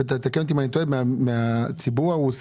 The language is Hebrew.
ותקן אותי אם אני טועה בשונה מאשר בציבור הרוסי,